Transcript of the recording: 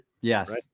Yes